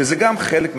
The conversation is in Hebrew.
וגם זה חלק מהשוויון.